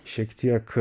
šiek tiek